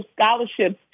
scholarships